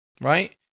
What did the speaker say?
right